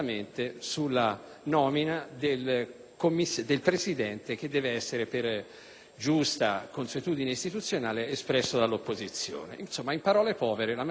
giusta consuetudine istituzionale - espresso dall'opposizione. Insomma, in parole povere, la maggioranza voleva esercitare un'influenza sul candidato dell'opposizione,